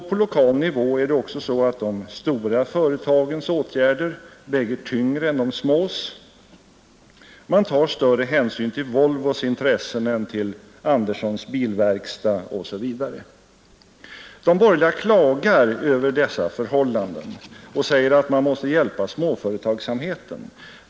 På lokal nivå är det också så att de stora företagens åtgärder väger tyngre än de smås — man tar större hänsyn till Volvos intressen än till Anderssons bilverkstads osv. De borgerliga klagar över dessa förhållanden och säger att man måste hjälpa småföretagsamheten.